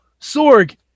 Sorg